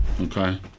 okay